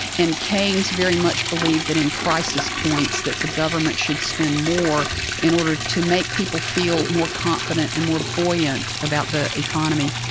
and keynes very much believed that in crisis points that the government should spend more in order to make people feel more confident and more buoyant about the economy.